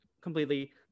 completely